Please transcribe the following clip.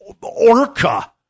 orca